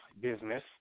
business